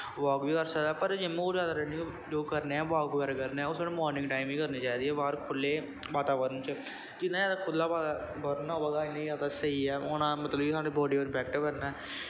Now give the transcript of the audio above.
walk वी करी सकदा पर जिम होर जादा रनिंग जो करने ऐ वाक बगैरा करने ऐ ओह् साह्नूं मार्निंग टाईम ही करना चाहिदा ऐ बाह्र खुल्ले वातावरन च जिन्ना खुल्ला वातावरन होग उन्नां जादा स्हेई ऐ उनें मतलव साढ़ी बॉडी पर इंपैक्ट करना ऐ